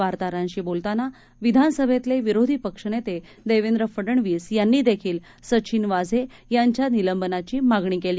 वार्ताहरांशी बोलताना विधानसभेतले विरोधी पक्षनेते देवेंद्र फडनवीस यांनी देखील सचिन वाझे यांच्या निलंबनाची मागणी केली